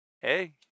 hey